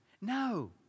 No